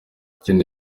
ikindi